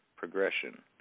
progression